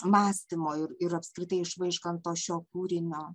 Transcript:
mąstymo ir ir apskritai iš vaižganto šio kūrinio